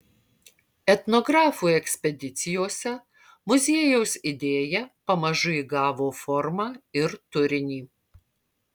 etnografų ekspedicijose muziejaus idėja pamažu įgavo formą ir turinį